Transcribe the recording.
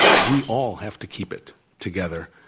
we all have to keep it together.